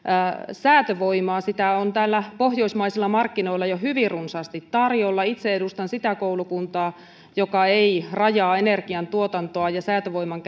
säätövoimaa on täällä pohjoismaisilla markkinoilla jo hyvin runsaasti tarjolla itse edustan sitä koulukuntaa joka ei rajaa energiantuotantoa ja säätövoiman